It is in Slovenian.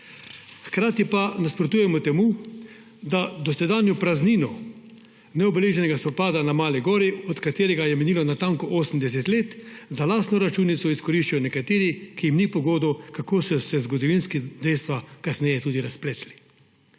Hkrati pa nasprotujemo temu, da dosedanjo praznino neobeleženega spopada na Mali gori, od katerega je minilo natanko 80 let, za lastno računico izkoriščajo nekateri, ki jim ni po godu, kako so se zgodovinska dejstva kasneje tudi razpletla.